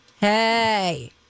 Hey